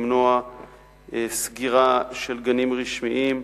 למנוע סגירה של גנים רשמיים,